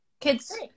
Kids